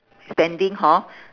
standing hor